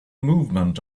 movement